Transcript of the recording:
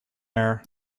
air